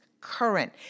current